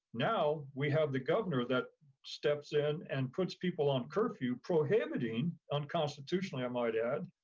now, we have the governor that steps in and puts people on curfew, prohibiting, unconstitutionally i might add,